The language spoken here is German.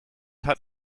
hat